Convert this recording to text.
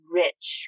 rich